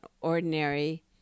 ordinary